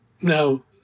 Now